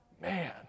man